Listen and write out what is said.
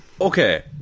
Okay